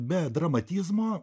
be dramatizmo